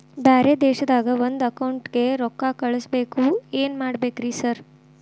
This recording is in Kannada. ಬ್ಯಾರೆ ದೇಶದಾಗ ಒಂದ್ ಅಕೌಂಟ್ ಗೆ ರೊಕ್ಕಾ ಕಳ್ಸ್ ಬೇಕು ಏನ್ ಮಾಡ್ಬೇಕ್ರಿ ಸರ್?